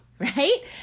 right